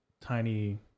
tiny